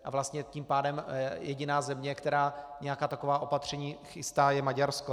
A vlastně tím pádem jediná země, která nějaká taková opatření chystá, je Maďarsko.